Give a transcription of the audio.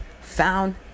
Found